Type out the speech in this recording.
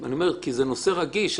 כי זה נושא רגיש.